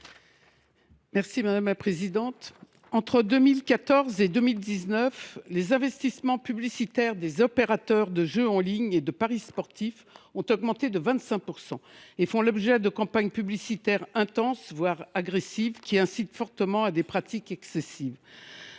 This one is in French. Mme Raymonde Poncet Monge. Entre 2014 et 2019, les investissements publicitaires des opérateurs de jeux en ligne et de paris sportifs ont augmenté de 25 %. Ce secteur fait l’objet de campagnes publicitaires intenses, voire agressives, qui incitent fortement à des pratiques de jeu excessives.